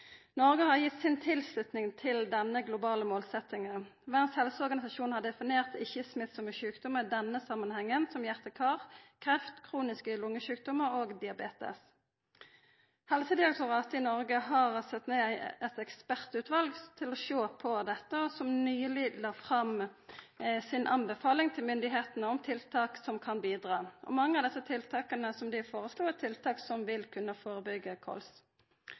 Noreg har gitt si tilslutning til denne globale målsettinga. Verdas helseorganisasjon har definert ikkje-smittsame sjukdommar i denne samanhengen som hjarte- og karsjukdommar, kreft, kroniske lungesjukdommar og diabetes. Helsedirektoratet i Noreg har sett ned eit ekspertutval til å sjå på dette, som nyleg la fram si anbefaling til myndigheitene om tiltak som kan bidra. Mange av dei tiltaka som dei føreslo, er tiltak som vil kunna